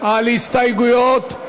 על הסתייגויות.